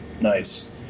nice